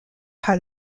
par